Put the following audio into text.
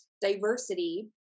diversity